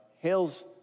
hails